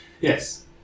Yes